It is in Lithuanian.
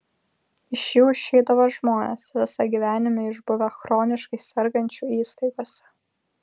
iš jų išeidavo žmonės visą gyvenimą išbuvę chroniškai sergančių įstaigose